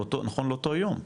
נכון לאותו יום,